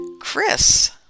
Chris